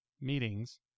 meetings